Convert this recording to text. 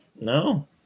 No